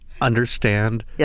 understand